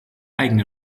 eigene